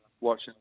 watching